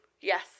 Yes